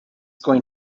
going